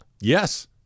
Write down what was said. Yes